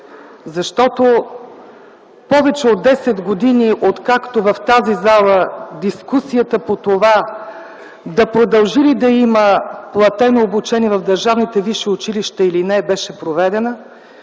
защото повече от десет години откакто в тази зала дискусията по това да продължи ли да има платено обучение в държавните висши училища или не беше проведена